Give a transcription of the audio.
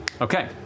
Okay